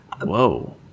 Whoa